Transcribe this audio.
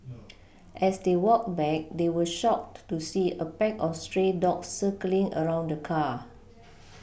as they walked back they were shocked to see a pack of stray dogs circling around the car